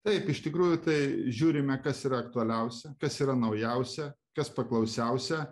taip iš tikrųjų tai žiūrime kas yra aktualiausia kas yra naujausia kas paklausiausia